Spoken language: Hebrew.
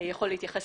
יכול להתייחס